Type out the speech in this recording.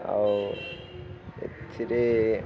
ଆଉ ଏଥିରେ